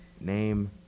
Name